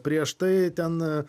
prieš tai ten